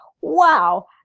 wow